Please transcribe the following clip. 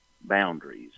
boundaries